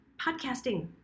podcasting